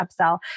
upsell